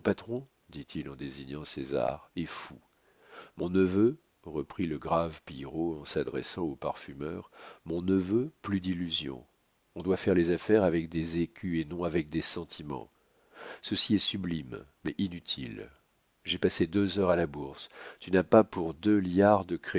dit-il en désignant césar est fou mon neveu reprit le grave pillerault en s'adressant au parfumeur mon neveu plus d'illusions on doit faire les affaires avec des écus et non avec des sentiments ceci est sublime mais inutile j'ai passé deux heures à la bourse tu n'as pas pour deux liards de